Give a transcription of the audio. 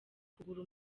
kugura